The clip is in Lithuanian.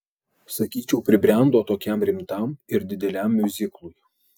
sakyčiau pribrendo tokiam rimtam ir dideliam miuziklui